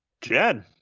Jed